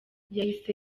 yahise